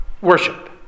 worship